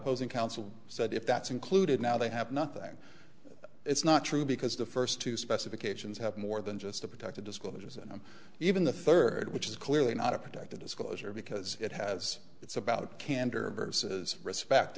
posing counsel said if that's included now they have nothing it's not true because the first two specifications have more than just a protected disclosures and even the third which is clearly not a protected disclosure because it has it's about candor versus respect